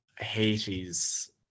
Haiti's